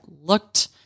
looked